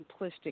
simplistic